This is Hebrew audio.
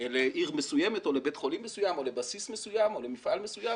לעיר מסוימת או לבית חולים מסוים או לבסיס מסוים או למפעל מסוים.